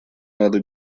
надо